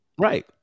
Right